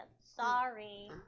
Sorry